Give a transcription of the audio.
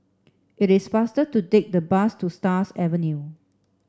it is faster to take the bus to Stars Avenue